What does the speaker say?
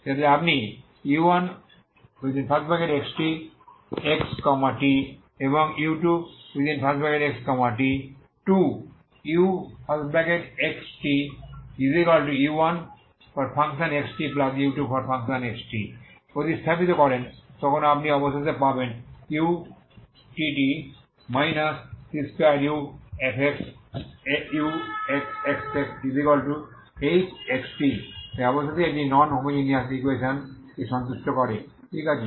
যাতে আপনি যখন u1xt এবংu2xt to uxtu1xtu2xt প্রতিস্থাপিত করেন তখন আপনি অবশেষে পাবেন utt c2uxxhxtতাই অবশেষে এটি নন হোমোজেনিয়াস ইকুয়েশন কে সন্তুষ্ট করে ঠিক আছে